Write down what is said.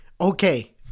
okay